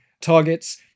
targets